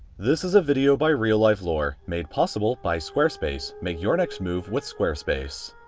this is a video by real-life lore made possible by squarespace. make your next move with squarespace.